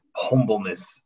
humbleness